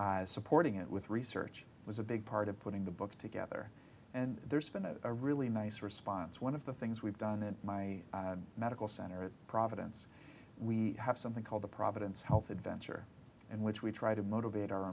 then supporting it with research was a big part of putting the book together and there's been a really nice response one of the things we've done in my medical center at providence we have something called the providence health adventure in which we try to motivate our